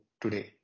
today